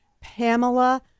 Pamela